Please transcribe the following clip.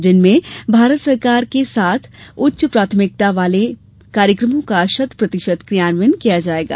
जिनमें भारत सरकार के सात उच्च प्राथमिकता वाले कार्यक्रमों का शत प्रतिशत क्रियान्वयन कियाा जायेगा